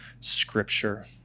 scripture